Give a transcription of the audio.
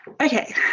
Okay